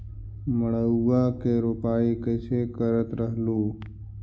मड़उआ की रोपाई कैसे करत रहलू?